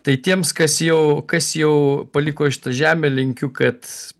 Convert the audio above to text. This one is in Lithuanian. tai tiems kas jau kas jau paliko šitą žemę linkiu kad